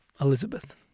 Elizabeth